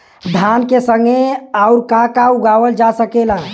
धान के संगे आऊर का का उगावल जा सकेला?